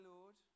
Lord